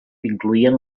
incloïen